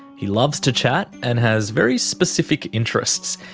he loves to chat and has very specific interests.